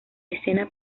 escena